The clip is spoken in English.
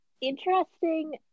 interesting